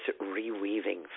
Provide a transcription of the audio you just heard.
reweaving